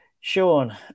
Sean